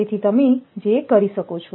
તેથી તમે જે કરી શકો છો